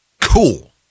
Cool